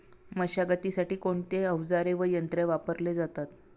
मशागतीसाठी कोणते अवजारे व यंत्र वापरले जातात?